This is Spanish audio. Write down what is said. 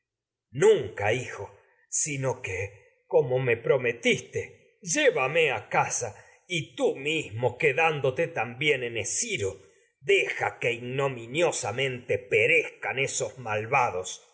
nunca a hijo sino que como me prometiste llé vame casa y tú mismo quedándote también en esciperezcan esos ro deja que que ignominiosamente obtendrás padre malva